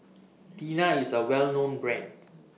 Tena IS A Well known Brand